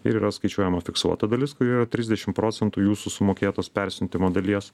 ir yra skaičiuojama fiksuota dalis kurioje trisdešim procentų jūsų sumokėtos persiuntimo dalies